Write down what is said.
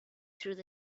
through